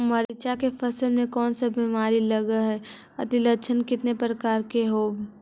मीरचा के फसल मे कोन सा बीमारी लगहय, अती लक्षण कितने प्रकार के होब?